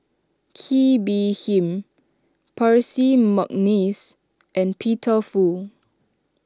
Kee Bee Khim Percy McNeice and Peter Fu